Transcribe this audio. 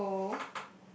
so